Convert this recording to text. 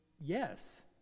yes